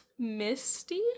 Misty